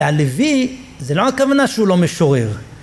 הלוי זה לא הכוונה שהוא לא משורר.